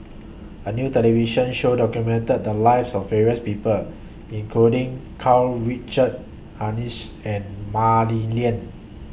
A New television Show documented The Lives of various People including Karl Richard Hanitsch and Mah Li Lian